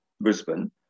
Brisbane